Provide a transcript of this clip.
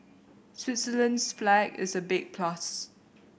Switzerland's flag is a big plus